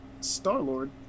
Star-Lord